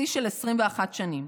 שיא של 21 שנים.